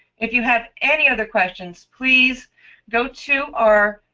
if you have any other questions please go to our